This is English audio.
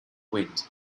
wind